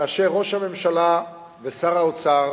כאשר ראש הממשלה ושר האוצר